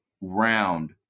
round